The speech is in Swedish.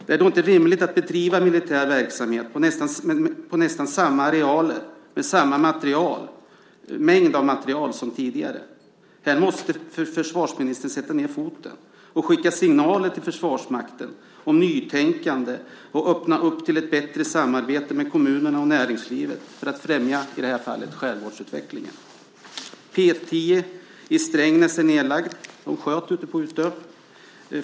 Det är då inte rimligt att bedriva militär verksamhet på nästan samma arealer och med samma mängd material som tidigare. Här måste försvarsministern sätta ned foten och skicka signaler till Försvarsmakten om nytänkande och öppna för ett bättre samarbete med kommunerna och näringslivet för att främja skärgårdsutvecklingen i det här fallet. P 10 i Strängnäs är nedlagt. De sköt på Utö.